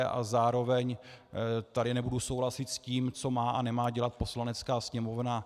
A zároveň tady nebudu souhlasit s tím, co má a nemá dělat Poslanecká sněmovna.